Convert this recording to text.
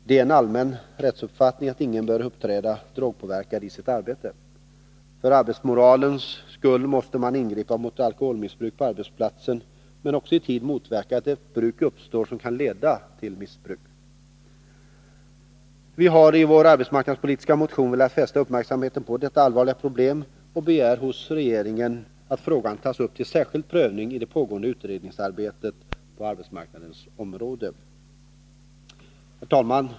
Det är en allmän rättsuppfattning att ingen bör uppträda drogpåverkad i sitt arbete. För arbetsmoralens skull måste man ingripa mot alkoholmissbruk på arbetsplatsen men också i tid motverka att ett bruk uppstår som kan leda till missbruk. Vi har i vår arbetsmarknadspolitiska motion velat fästa uppmärksamheten på detta allvarliga problem och begär hos regeringen att frågan tas upp till särskild prövning i det pågående utredningsarbetet på arbetsmarknadens område. Herr talman!